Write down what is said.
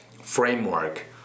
framework